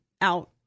out